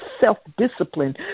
self-discipline